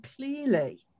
clearly